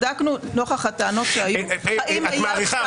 בדקנו נוכח הטענות שהיו --- את מאריכה.